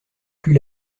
plus